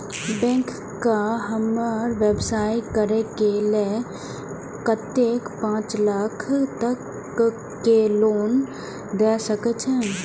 Bank का हमरा व्यवसाय करें के लेल कतेक पाँच लाख तक के लोन दाय सके छे?